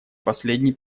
последней